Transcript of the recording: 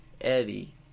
Eddie